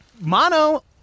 Mono